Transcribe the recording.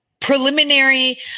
preliminary